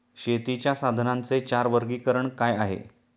शेतीच्या साधनांचे चार वर्गीकरण काय आहे?